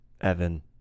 Evan